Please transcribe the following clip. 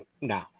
No